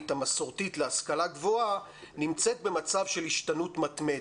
המסורתית להשכלה גבוהה נמצאת במצב של השתנות מתמדת,